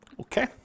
Okay